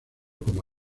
como